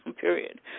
period